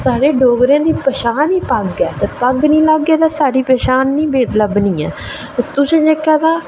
ते साढ़े डोगरें दी पन्छान गै पग्ग ऐ ते पग्ग निं लाह्गे ते साढ़ी पन्छान निं लब्भनी ऐ ते तुसें जेह्का तां